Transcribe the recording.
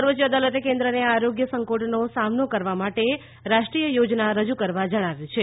સર્વોચ્ય અદાલતે કેન્દ્રને આ આરોગ્ય સંકટનો સામનો કરવા માટે રાષ્ટ્રીય યોજના રજૂ કરવા જણાવ્યું છે